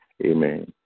Amen